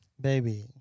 Baby